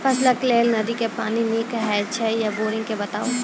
फसलक लेल नदी के पानि नीक हे छै या बोरिंग के बताऊ?